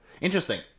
interesting